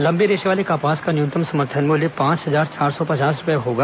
लंबे रेशे वाले कपास का न्यूनतम समर्थन मूल्य पांच हजार चार सौ पचास रूपये होगा